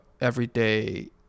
everyday